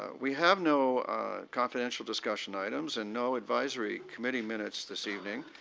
ah we have no confidential discussion items. and no advisory committee minutes this evening.